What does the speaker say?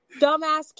Dumbass